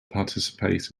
participate